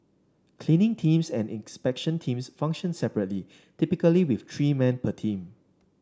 cleaning teams and inspection teams function separately typically with three men per team